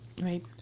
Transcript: Right